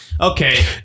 Okay